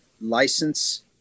license